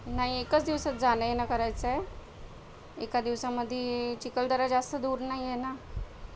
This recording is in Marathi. नाही एकाच दिवसात जाणंयेणं करायचं आहे एका दिवसामध्ये चिखलदरा जास्त दूर नाहीये ना